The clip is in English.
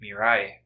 Mirai